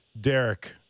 Derek